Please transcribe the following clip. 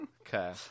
okay